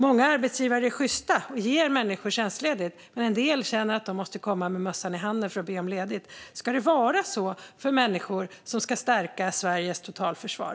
Många arbetsgivare är sjysta och ger människor tjänstledigt, men en del anställda känner att de måste komma med mössan i handen för att be om ledigt. Ska det vara så för människor som ska stärka Sveriges totalförsvar?